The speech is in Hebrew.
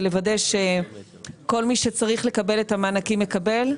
ולוודא שכל מי שצריך לקבל את המענקים יקבל,